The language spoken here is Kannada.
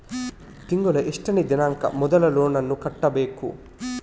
ತಿಂಗಳ ಎಷ್ಟನೇ ದಿನಾಂಕ ಮೊದಲು ಲೋನ್ ನನ್ನ ಕಟ್ಟಬೇಕು?